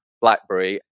BlackBerry